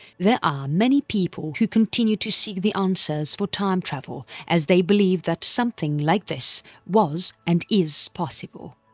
there are many people who continue to seek the answers for time travel as they believe that something like this was and is possible.